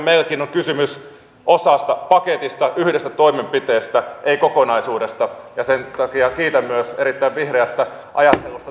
meilläkin on kysymys osasta pakettia yhdestä toimenpiteestä ei kokonaisuudesta ja sen takia kiitän myös erittäin vihreästä ajattelusta noin muutenkin